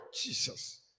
Jesus